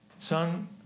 Son